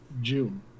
June